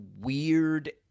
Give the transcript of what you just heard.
weird